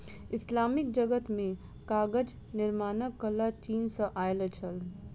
Islamic जगत मे कागज निर्माणक कला चीन सॅ आयल छल